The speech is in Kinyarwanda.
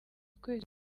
ukwezi